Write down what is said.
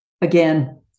again